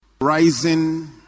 Rising